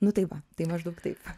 nu tai va tai maždaug taip